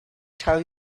tell